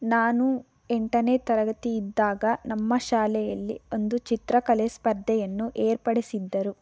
ನಾನು ಎಂಟನೇ ತರಗತಿ ಇದ್ದಾಗ ನಮ್ಮ ಶಾಲೆಯಲ್ಲಿ ಒಂದು ಚಿತ್ರಕಲೆ ಸ್ಪರ್ಧೆಯನ್ನು ಏರ್ಪಡಿಸಿದ್ದರು